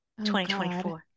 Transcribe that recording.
2024